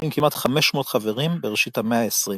עם כמעט 500 חברים בראשית המאה ה-20.